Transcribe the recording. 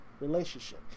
relationship